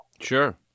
sure